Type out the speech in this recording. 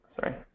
sorry